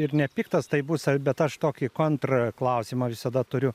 ir nepiktas tai bus bet aš tokį kontrklausimą visada turiu